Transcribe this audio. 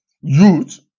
youth